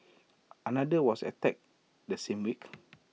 another was attacked the same week